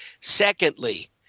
Secondly